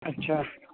ਅੱਛਾ